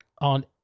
on